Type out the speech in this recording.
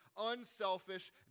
unselfish